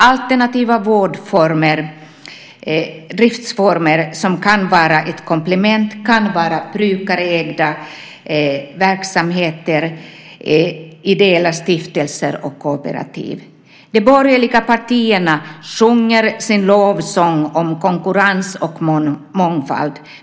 Alternativa driftsformer som kan vara ett komplement kan vara brukarägda verksamheter, ideella stiftelser och kooperativ. De borgerliga partierna sjunger sin lovsång om konkurrens och mångfald.